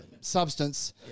substance